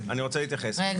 תומר,